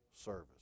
service